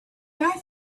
guy